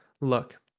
Look